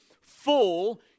full